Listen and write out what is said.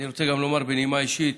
אני רוצה גם לומר, בנימה אישית,